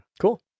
Cool